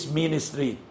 ministry